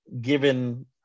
given